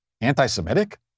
Anti-Semitic